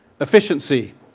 efficiency